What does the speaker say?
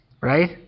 Right